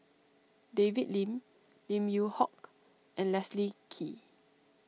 David Lim Lim Yew Hock and Leslie Kee